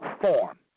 form